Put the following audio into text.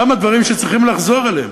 כמה דברים שצריכים לחזור אליהם.